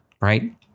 right